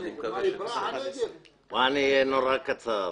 אני אהיה מאוד קצר.